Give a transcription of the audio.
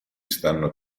stanno